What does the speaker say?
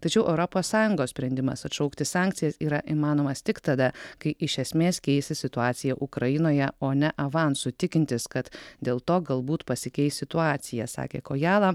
tačiau europos sąjungos sprendimas atšaukti sankcijas yra įmanomas tik tada kai iš esmės keisis situacija ukrainoje o ne avansu tikintis kad dėl to galbūt pasikeis situacija sakė kojala